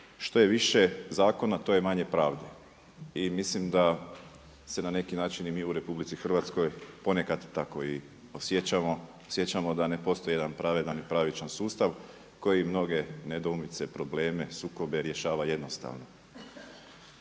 što je više zakona to je manje pravde i mislim da se na neki način i mi u RH ponekad tako i osjećamo. Osjećamo da ne postoji jedan pravedan i pravičan sustav koji mnoge nedoumice, probleme, sukobe rješava jednostavno.